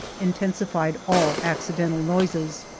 intensified all accidental noises,